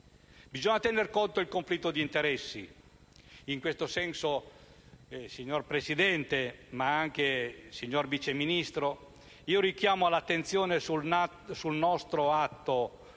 Bisogna tener conto del conflitto d'interessi: in questo senso, signor Presidente e signor Vice Ministro, richiamo l'attenzione sull'Atto